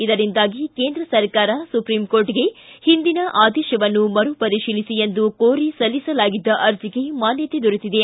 ಇದರಿಂದಾಗಿ ಕೇಂದ್ರ ಸರ್ಕಾರ ಸುಪ್ರೀಂಕೋರ್ಟ್ಗೆ ಹಿಂದಿನ ಆದೇಶವನ್ನು ಮರುಪರಿಶೀಲಿಸಿ ಎಂದು ಕೋರಿ ಸಲ್ಲಿಸಲಾಗಿದ್ದ ಅರ್ಜಿಗೆ ಮಾನ್ನತೆ ದೊರೆತಿದೆ